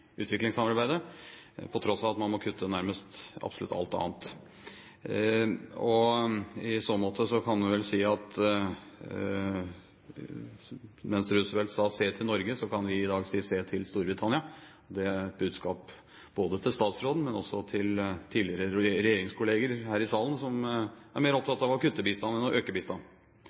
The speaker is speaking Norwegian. utviklingssamarbeidet, på tross av at man må kutte i nærmest absolutt alt annet. I så måte kan man vel si at mens Roosevelt sa: Se til Norge, så kan vi i dag si: Se til Storbritannia. Det er et budskap til statsråden, men også til tidligere regjeringskolleger her i salen, som er mer opptatt av å kutte bistand enn å øke